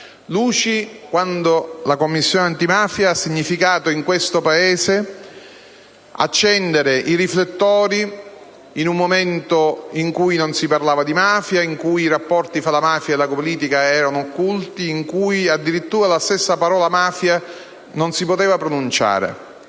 luci quando la Commissione antimafia ha significato in questo Paese accendere i riflettori in un momento in cui non si parlava di mafia, in cui i rapporti tra la mafia e la politica erano occulti, in cui addirittura la stessa parola mafia non si poteva pronunciare.